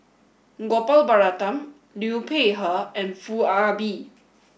Gopal Baratham Liu Peihe and Foo Ah Bee